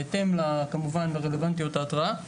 בהתאם כמובן לרלוונטיות ההתרעה.